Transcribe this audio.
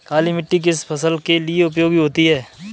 काली मिट्टी किस फसल के लिए उपयोगी होती है?